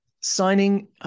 signing